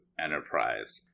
Enterprise